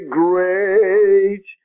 great